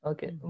Okay